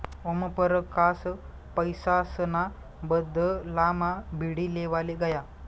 ओमपरकास पैसासना बदलामा बीडी लेवाले गया